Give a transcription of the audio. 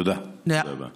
תודה, תודה רבה.